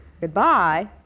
Goodbye